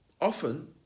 often